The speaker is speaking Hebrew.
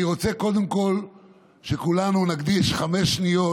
אני רוצה קודם כול שכולנו נקדיש חמש שניות